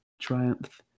triumph